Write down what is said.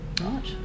Right